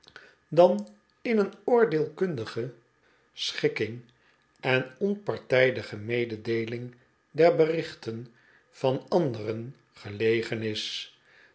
dan in een oordeelkundige schikking en onpartijdige mededeeling der berichten van anderen gelegen is